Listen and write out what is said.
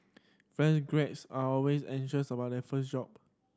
fresh are always anxious about their first job